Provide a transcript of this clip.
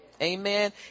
Amen